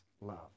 love